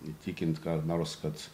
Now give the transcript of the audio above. įtikint ką nors kad